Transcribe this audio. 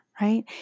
right